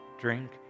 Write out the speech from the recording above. drink